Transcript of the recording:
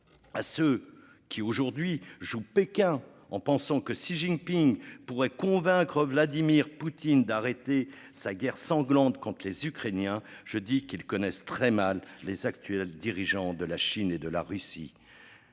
à ceux qui aujourd'hui jouent Pékin en pensant que Xi Jinping pourrait convaincre Vladimir Poutine d'arrêter sa guerre sanglante contre les Ukrainiens. Je dis qu'ils connaissent très mal les actuels dirigeants de la Chine et de la Russie.